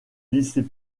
lycée